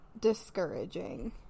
discouraging